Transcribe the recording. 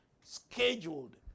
scheduled